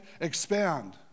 expand